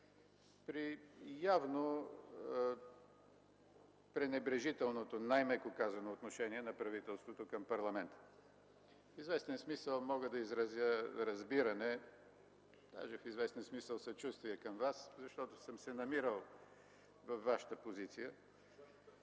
при явно пренебрежителното, най-меко казано, отношение на правителството към парламента. В известен смисъл мога да изразя разбиране, даже в известен смисъл съчувствие към Вас, защото съм се намирал във Вашата позиция.